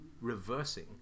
reversing